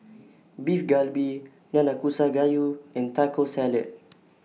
Beef Galbi Nanakusa Gayu and Taco Salad